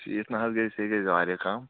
شیٖتھ نہَ حظ گژھِ یےَ گژھِ واریاہ کَم